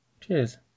Cheers